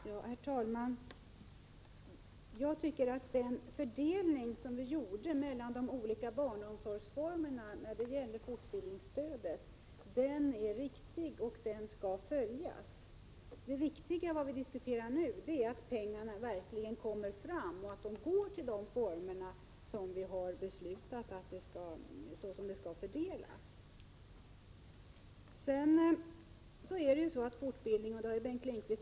Herr talman! Jag tycker att den fördelning mellan de olika barnomsorgsformerna som vi åstadkom när det gäller fortbildningsstödet är riktig, och den skall följas. Det viktiga, och det är ju det som vi nu diskuterar, är att pengarna verkligen kommer fram och att de fördelas mellan de olika formerna såsom vi har beslutat.